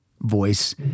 voice